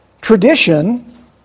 Tradition